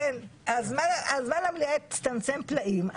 זמן המליאה הצטמצם פלאים,